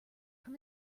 from